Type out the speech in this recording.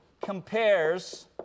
compares